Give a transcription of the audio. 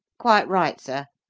quite right sir,